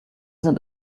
sind